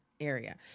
area